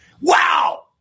Wow